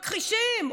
מכחישים.